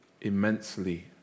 Immensely